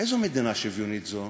איזו מדינה שוויונית זו?